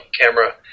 camera